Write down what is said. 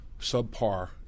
subpar